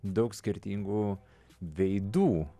daug skirtingų veidų